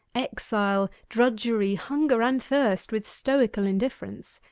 exile, drudgery, hunger and thirst, with stoical indifference,